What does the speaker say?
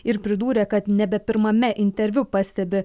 ir pridūrė kad nebe pirmame interviu pastebi